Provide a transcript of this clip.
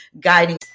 guiding